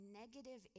negative